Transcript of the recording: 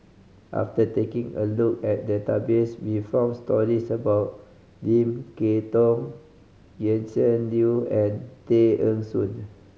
after taking a look at the database we found stories about Lim Kay Tong Gretchen Liu and Tay Eng Soon